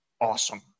awesome